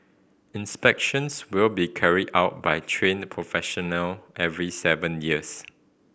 inspections will be carried out by trained professional every seven years